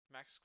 Max